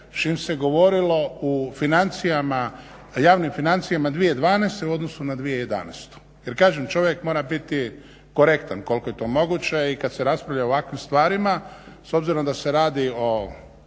čim se govorilo u javnim financijama 2012.u odnosu na 2011.jer kažem čovjek mora biti korektan koliko je to moguće i kad se raspravlja o ovakvim stvarima s obzirom da se radi o